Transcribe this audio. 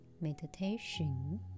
meditation